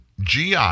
GI